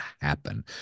happen